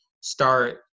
start